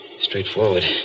Straightforward